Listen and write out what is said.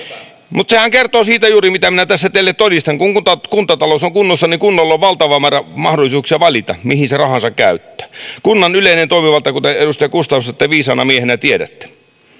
mutta sehän kertoo siitä juuri mitä minä tässä todistan kun kun kuntatalous on kunnossa kunnalla on valtava määrä mahdollisuuksia valita mihin se rahansa käyttää kunnan yleinen toimivalta kuten edustaja gustafsson te viisaana miehenä tiedätte